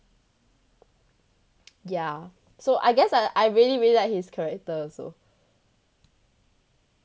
ya so I guess I I really really like his character also